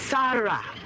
Sarah